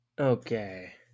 Okay